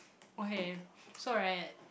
okay so right